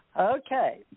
Okay